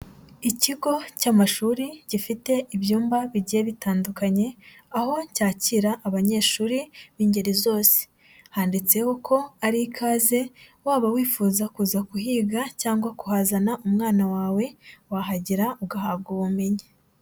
Ikigo cy'amashuri gifite ibyumba bigiye bitandukanye, aho cyakira abanyeshuri b'ingeri zose, handitseho ko ari ikaze waba wifuza kuza kuhiga cyangwa kuhazana umwana wawe wahagera ugahabwa ubumenyi.